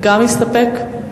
גם מסתפק.